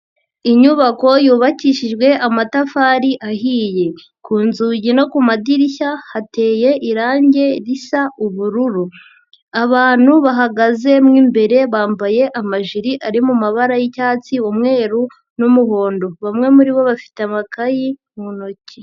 Inyubako yubakishijwe amatafari ahiye, ku nzugi no ku madirishya hateye irangi risa ubururu, abantu bahagaze mo imbere bambaye amajiri ari mu mabara y'icyatsi, umweru n'umuhondo, bamwe muri bo bafite amakayi mu ntoki.